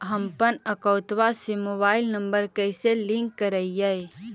हमपन अकौउतवा से मोबाईल नंबर कैसे लिंक करैइय?